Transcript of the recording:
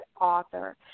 author